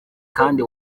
kandi